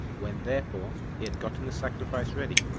when, therefore, he had gotten the sacrifice ready,